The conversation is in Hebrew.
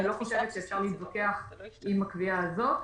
אני לא חושב שאפשר להתווכח עם הקביעה הזאת.